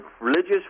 religious